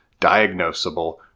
diagnosable